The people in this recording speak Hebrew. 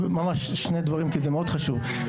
ממש שני דברים כי זה מאוד חשוב.